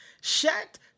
Shut